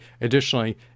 Additionally